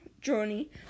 journey